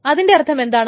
അതിൻറെ അർത്ഥം എന്താണ്